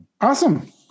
Awesome